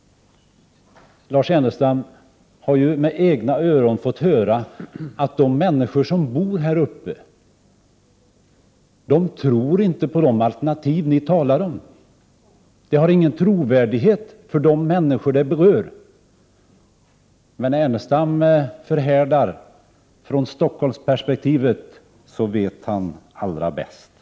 Lars Ernestam har med egna öron fått höra att de människor som bor här uppe inte tror på det alternativ som ni talar om. Ert alternativ har ingen trovärdighet hos de människor som är berörda. Ernestam framhärdar: från Stockholmsperspektivet vet han allra bäst.